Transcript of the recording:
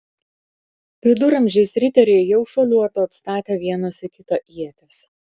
viduramžiais riteriai jau šuoliuotų atstatę vienas į kitą ietis